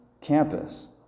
campus